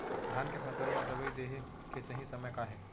धान के फसल मा दवई देहे के सही समय का हे?